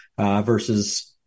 versus